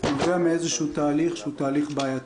נובע מתהליך בעייתי.